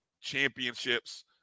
championships